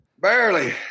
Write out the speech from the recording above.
Barely